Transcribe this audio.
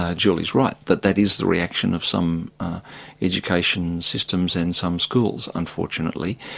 ah julie's right, that that is the reaction of some education systems and some schools unfortunately,